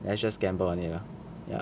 let's just gamble on it lah